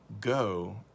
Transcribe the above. go